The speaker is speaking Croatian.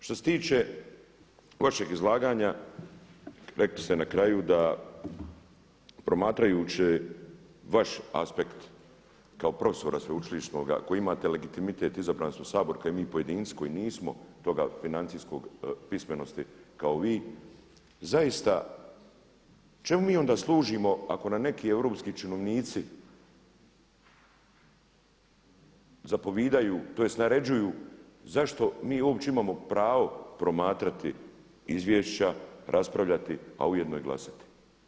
Što se tiče vašeg izlaganja rekli ste na kraju da promatrajući vaš aspekt kao profesora sveučilišnoga koji imate legitimet, izabrani su u Sabor kao i mi pojedinci koji nismo toga, financijske pismenosti kao vi, zaista čemu mi onda služimo ako nam neki europski činovnici zapovijedaju tj. naređuju zašto mi uopće imamo pravo promatrati izvješća, raspravljati a ujedno i glasati?